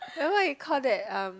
eh what you call that um